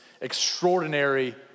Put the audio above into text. extraordinary